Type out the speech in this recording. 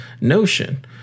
notion